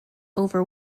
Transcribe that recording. over